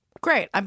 great